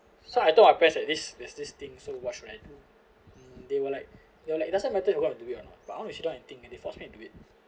so I told my parents at this there's this thing so watch right mm they will like they will like doesn't matter you wanna do it or not but I want you and think when they force me to do it